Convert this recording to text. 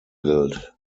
gilt